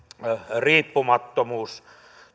riippumattomuus